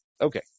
Okay